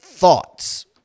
Thoughts